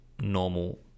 normal